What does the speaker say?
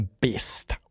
best